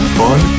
fun